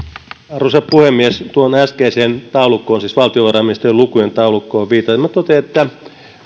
arvoisa puhemies tuohon äskeiseen valtiovarainministeriön lukujen taulukkoon viitaten totean että